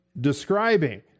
describing